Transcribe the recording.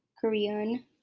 Korean